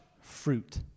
fruit